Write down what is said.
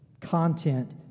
content